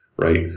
Right